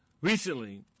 Recently